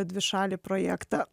dvišalį projektą